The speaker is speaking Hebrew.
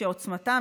עוצמתם,